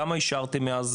כמה אישרתם מאז